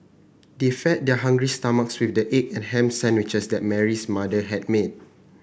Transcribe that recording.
they fed their hungry stomachs with the egg and ham sandwiches that Mary's mother had made